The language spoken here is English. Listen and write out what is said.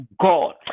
God